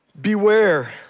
Beware